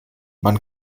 man